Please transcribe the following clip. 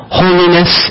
holiness